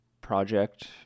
project